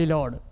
Lord